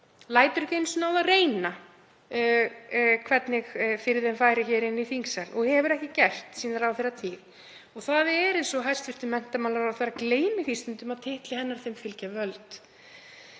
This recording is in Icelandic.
lætur ekki einu sinni á það reyna hvernig fyrir þeim færi hér í þingsal og hefur ekki gert sína ráðherratíð. Það er eins og hæstv. menntamálaráðherra gleymi því stundum að titli hennar fylgja völd.